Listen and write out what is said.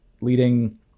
leading